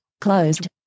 Closed